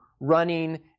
running